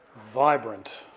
vibrant